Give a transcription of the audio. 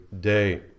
day